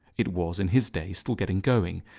it was, in his day, still getting going,